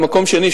במקום שני,